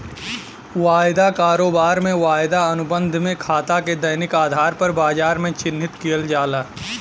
वायदा कारोबार में, वायदा अनुबंध में खाता के दैनिक आधार पर बाजार में चिह्नित किहल जाला